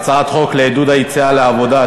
הצעת חוק לעידוד היציאה לעבודה,